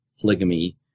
polygamy